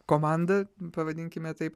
komanda pavadinkime taip